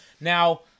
Now